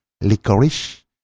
licorice